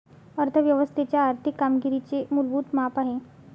अर्थ व्यवस्थेच्या आर्थिक कामगिरीचे मूलभूत माप आहे